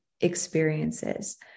experiences